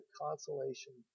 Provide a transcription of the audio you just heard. consolation